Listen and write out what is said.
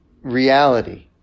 reality